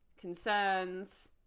concerns